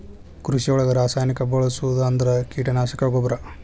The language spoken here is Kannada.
ಕೃಷಿ ಒಳಗ ರಾಸಾಯನಿಕಾ ಬಳಸುದ ಅಂದ್ರ ಕೇಟನಾಶಕಾ, ಗೊಬ್ಬರಾ